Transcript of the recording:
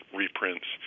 reprints